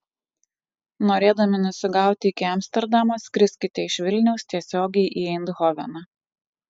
norėdami nusigauti iki amsterdamo skriskite iš vilniaus tiesiogiai į eindhoveną